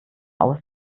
aus